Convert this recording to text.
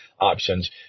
options